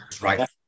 Right